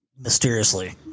mysteriously